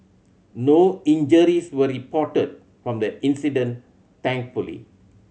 no injuries were reported from the incident thankfully